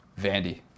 Vandy